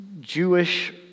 Jewish